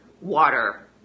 water